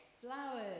Flowers